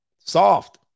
Soft